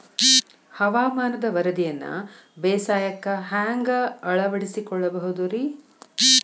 ಹವಾಮಾನದ ವರದಿಯನ್ನ ಬೇಸಾಯಕ್ಕ ಹ್ಯಾಂಗ ಅಳವಡಿಸಿಕೊಳ್ಳಬಹುದು ರೇ?